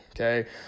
okay